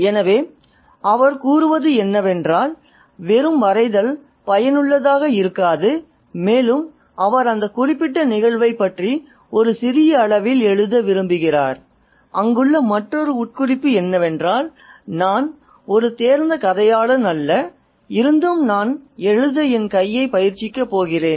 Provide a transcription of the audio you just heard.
எனவே அவர் கூறுவது என்னவென்றால் வெறும் வரைதல் பயனுள்ளதாக இருக்காது மேலும் அவர் அந்த குறிப்பிட்ட நிகழ்வைப் பற்றி ஒரு சிறிய அளவில் எழுத விரும்புகிறார் அங்குள்ள மற்றொரு உட்குறிப்பு என்னவென்றால் "நான் ஒரு தேர்ந்த கதையாளன் அல்ல இருந்தும் நான் எழுத என் கையை பயிற்சிக்கப் போகிறேன்